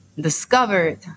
discovered